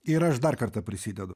ir aš dar kartą prisidedu